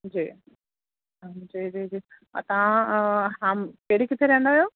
जी जी जी जी और तव्हां पहिरीं किथे रहंदा हुयव